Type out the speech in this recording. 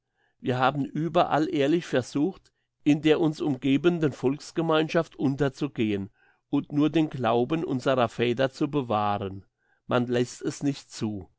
wir haben überall ehrlich versucht in der uns umgebenden volksgemeinschaft unterzugehen und nur den glauben unserer väter zu bewahren man lässt es nicht zu